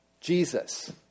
Jesus